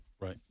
right